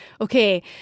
Okay